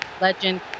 legend